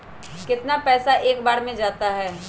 कितना पैसा एक बार में जाता है?